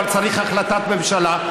אבל צריך החלטת ממשלה,